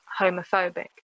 homophobic